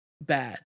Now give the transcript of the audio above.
bad